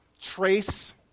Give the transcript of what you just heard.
trace